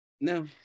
No